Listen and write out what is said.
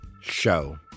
Show